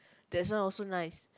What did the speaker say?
that's one also nice